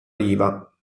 riva